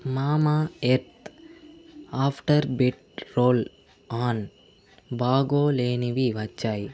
Mamaearth after bite roll on బాగోలేనివి వచ్చాయి